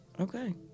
Okay